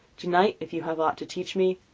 to-night, if you have aught to teach me,